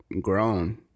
grown